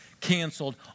canceled